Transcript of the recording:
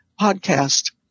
podcast